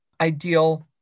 ideal